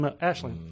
Ashley